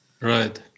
Right